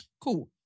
Cool